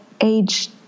age